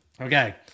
Okay